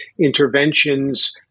Interventions